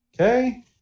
Okay